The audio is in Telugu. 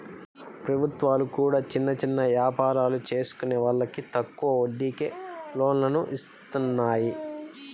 ప్రభుత్వాలు కూడా చిన్న చిన్న యాపారాలు చేసుకునే వాళ్లకి తక్కువ వడ్డీకే లోన్లను ఇత్తన్నాయి